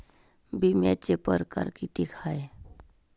बिम्याचे परकार कितीक हाय?